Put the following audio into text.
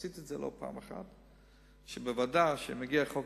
עשיתי את זה לא פעם אחת בוועדה: כשמגיע חוק